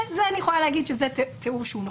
אני יכולה להגיד שזהו תיאור נכון.